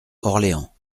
orléans